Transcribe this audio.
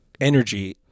energy